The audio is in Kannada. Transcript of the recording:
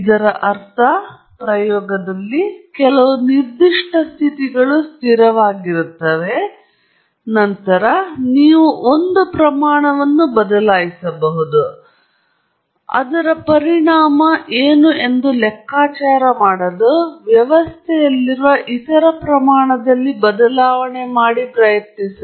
ಇದರರ್ಥ ಪ್ರಯೋಗದಲ್ಲಿ ಕೆಲವು ನಿರ್ದಿಷ್ಟ ಸ್ಥಿತಿಗಳು ಸ್ಥಿರವಾಗಿರುತ್ತವೆ ಮತ್ತು ನಂತರ ನೀವು ಒಂದು ಪ್ರಮಾಣವನ್ನು ಬದಲಾಯಿಸಬಹುದು ಮತ್ತು ನಂತರ ಅದರ ಪರಿಣಾಮ ಏನು ಎಂದು ಲೆಕ್ಕಾಚಾರ ಮಾಡಲು ವ್ಯವಸ್ಥೆಯಲ್ಲಿರುವ ಇತರ ಪ್ರಮಾಣದಲ್ಲಿ ಬದಲಾವಣೆ ಮಾಡಿ ಪ್ರಯತ್ನಿಸಿ